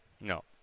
No